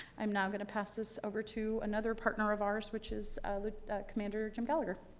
i'm now going to pass this over to another partner of um us which is commander jim gallagher.